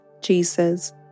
Jesus